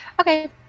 Okay